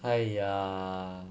!haiya!